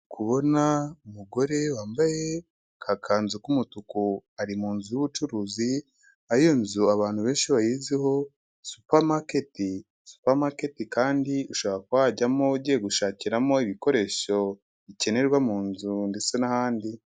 Kubona umugore wambaye akakanzu k'umutuku, ari mu nzu y'ubucuruzi aho iyo nzu abantu benshi bayiziho supermarket, supermarket kandi ushobora kuba wajyamo ugiye gushakiramo ibikoresho bikenerwa mu nzu ndetse n'ahandi.